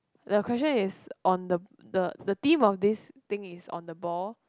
the question is on the the the theme of this thing is on the ball